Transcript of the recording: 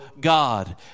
God